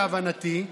להבנתי,